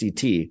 CT